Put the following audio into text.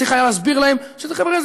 צריך היה להסביר להם: חבר'ה,